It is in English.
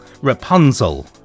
Rapunzel